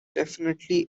definitively